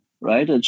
right